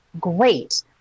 Great